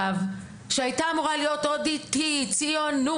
ו' שהייתה אמורה להיות ODT וציונות.